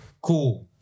cool